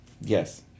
yes